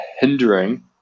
hindering